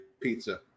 pizza